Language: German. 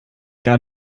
gar